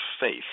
faith